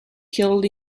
killed